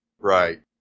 Right